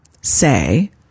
say